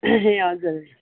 ए हजुर